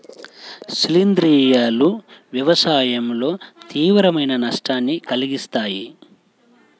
శిలీంధ్రాలు వ్యవసాయంలో తీవ్రమైన నష్టాన్ని కలిగిస్తాయి